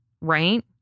right